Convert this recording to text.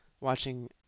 watching